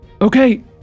Okay